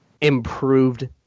improved